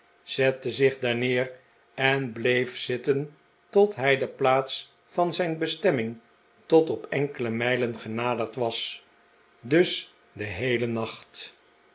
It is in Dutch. zette zich daar neer en bleef zitten tot hij de plaats van zijn bestemming tot op enkele mijlen genaderd was dus den heelen nacht